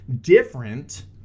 different